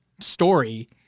story